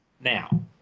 now